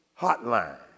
hotline